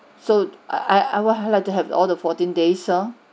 so I I would like to have all the fourteen days uh